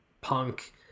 punk